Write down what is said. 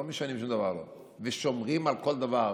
לא משנים שום דבר ושומרים על כל דבר.